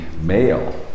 male